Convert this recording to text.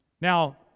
Now